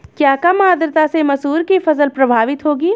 क्या कम आर्द्रता से मसूर की फसल प्रभावित होगी?